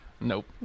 Nope